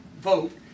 vote